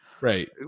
Right